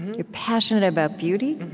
you're passionate about beauty,